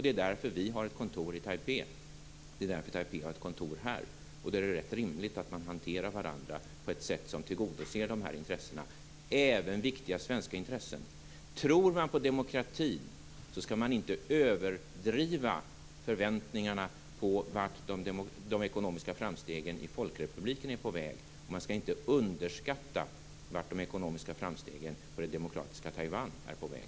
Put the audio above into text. Det är därför som vi har ett kontor i Taipei och Taipei har ett kontor här. Således är det rätt rimligt att man hanterar varandra på ett sådant sätt att dessa intressen tillgodoses. Det gäller även viktiga svenska intressen. Tror man på demokratin skall man inte överdriva förväntningarna på vart de ekonomiska framstegen i folkrepubliken är på väg. Man skall inte underskatta vart de ekonomiska framstegen och det demokratiska Taiwan är på väg.